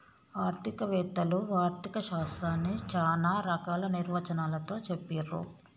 ఆర్థిక వేత్తలు ఆర్ధిక శాస్త్రాన్ని చానా రకాల నిర్వచనాలతో చెప్పిర్రు